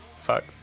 fuck